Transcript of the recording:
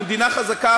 היא מדינה חזקה,